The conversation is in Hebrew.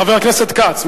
חבר הכנסת כץ,